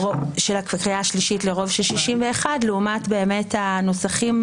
השלישית לרוב של 61 לעומת הנוסחים,